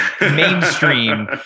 mainstream